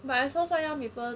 but as long sell 要 refer